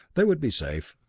they would be safe.